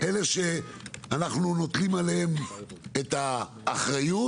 אלה שאנחנו מטילים עליהם את האחריות,